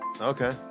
okay